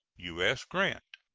u s. grant.